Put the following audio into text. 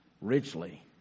richly